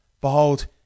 Behold